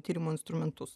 tyrimų instrumentus